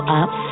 up